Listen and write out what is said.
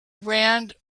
rand